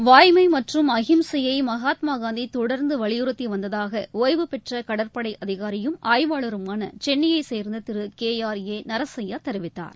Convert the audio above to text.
வாய்மை மற்றும் அகிம்சையை மகாத்மானந்தி தொடர்ந்து வலியுறுத்தி வந்ததாக ஓய்வுபெற்ற கடற்படை அதிகாரியும் ஆய்வாளருமான சென்னையை சேர்ந்த Thiru K R A Narasaiah தெரிவித்தார்